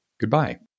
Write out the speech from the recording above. Goodbye